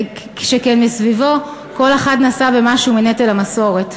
שכן מסביבו כל אחד נטל במשהו מנטל המסורת.